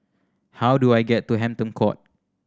how do I get to Hampton Court